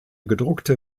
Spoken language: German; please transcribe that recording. gedruckte